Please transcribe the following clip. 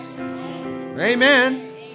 Amen